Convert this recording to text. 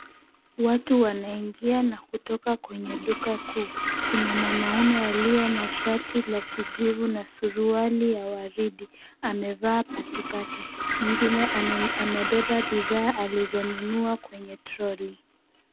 Watu wanaingia na kutoka kwenye duka kuu. Kuna mwanaume aliye na shati la kijivu na suruali ya waridi. Amevaa patipati ,mwingine amebeba bidhaa alizonunua kwenye troli.